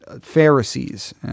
Pharisees